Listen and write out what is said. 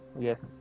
yes